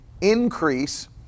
increase